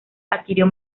adquirió